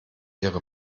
ihre